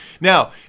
Now